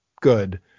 good